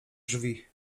drzwi